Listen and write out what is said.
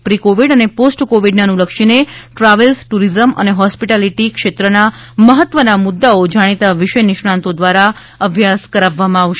pre COVID અને post કોવિડને અનુલક્ષીને ટ્રાવેલ્સ ટ્રરીઝમ અને હોસ્પિટાલિટી ક્ષેત્રના મહત્વના મુદ્દાઓ જાણીતા વિષય નિષ્ણાતો દ્વારા અભ્યાસ કરાવવામાં આવશે